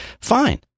Fine